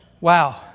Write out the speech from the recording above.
Wow